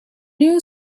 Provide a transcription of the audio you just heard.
new